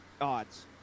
odds